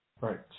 Right